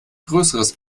größeres